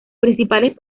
principales